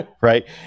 right